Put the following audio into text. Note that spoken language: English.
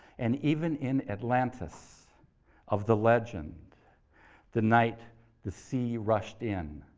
and even in atlantis of the legend the night the sea rushed in,